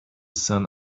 sun